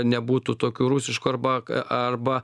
nebūtų tokių rusiškų arba k arba